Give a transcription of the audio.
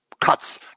Cuts